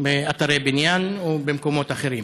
באתרי בניין ובמקומות אחרים.